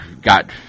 got